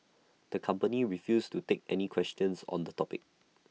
the company refused to take any questions on the topic